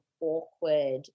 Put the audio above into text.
awkward